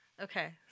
Okay